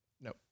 No